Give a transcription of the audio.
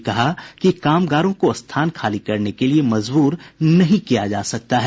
उन्होंने यह भी कहा कि कागगारों को स्थान खाली करने के लिए मजबूर नहीं किया जा सकता है